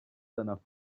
seiner